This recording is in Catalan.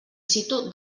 situ